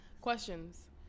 Questions